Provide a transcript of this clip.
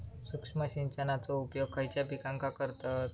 सूक्ष्म सिंचनाचो उपयोग खयच्या पिकांका करतत?